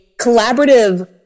collaborative